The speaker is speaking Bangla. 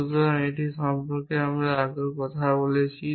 সুতরাং এটি সম্পর্কে আমরা আগেও কথা বলেছি